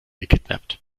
gekidnappt